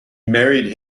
married